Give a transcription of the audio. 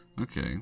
okay